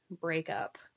breakup